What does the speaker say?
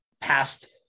past